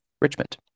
Richmond